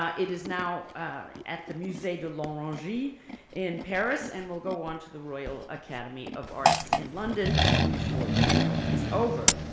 um it is now at the musee de l'orangerie in paris and will go on to he royal academy of arts in london before the show is over.